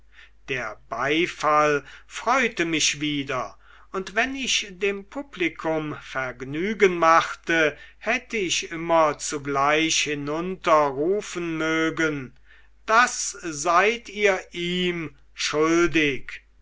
der beifall freute mich wieder und wenn ich dem publikum vergnügen machte hätte ich immer zugleich hinunterrufen mögen das seid ihr ihm schuldig